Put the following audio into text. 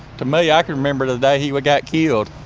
to me, i can remember the day he got killed,